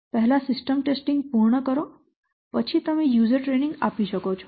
પહેલા system testing પૂર્ણ કરો પછી તમે યુઝર ટ્રેનિંગ આપી શકો છો